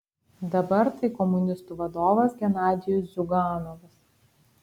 dabar tai komunistų vadovas genadijus ziuganovas